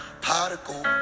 particle